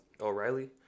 O'Reilly